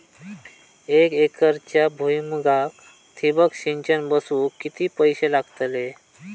एक एकरच्या भुईमुगाक ठिबक सिंचन बसवूक किती पैशे लागतले?